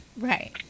Right